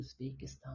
Uzbekistan